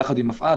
יחד עם מפא"ת,